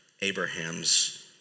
Abraham's